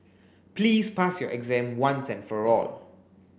please pass your exam once and for all